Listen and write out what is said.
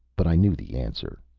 but i knew the answer.